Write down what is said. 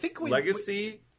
Legacy